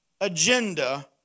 agenda